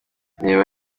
reba